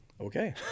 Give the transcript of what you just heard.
okay